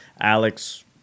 Alex